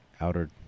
Outer